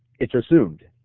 it's assumed.